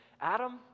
Adam